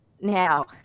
Now